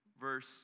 verse